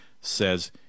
says